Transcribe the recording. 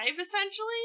essentially